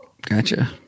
Gotcha